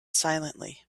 silently